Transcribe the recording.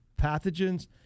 pathogens